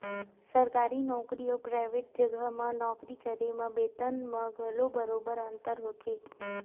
सरकारी नउकरी अउ पराइवेट जघा म नौकरी करे म बेतन म घलो बरोबर अंतर होथे